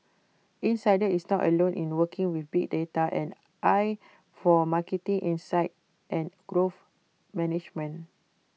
insider is not alone in working with big data and AI for marketing insights and growth management